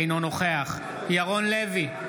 אינו נוכח ירון לוי,